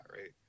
Right